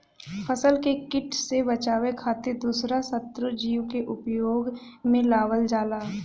फसल के किट से बचावे खातिर दूसरा शत्रु जीव के उपयोग में लावल जाला